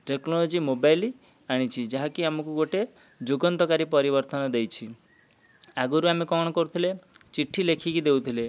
technology mobile ଆଣିଛି ଯାହାକି ଆମକୁ ଗୋଟେ ଯୁଗାନ୍ତକାରୀ ପରିବର୍ତ୍ତନ ଦେଇଛି ଆଗରୁ ଆମେ କ'ଣ କରୁଥିଲେ ଚିଠି ଲେଖିକି ଦଉଥିଲେ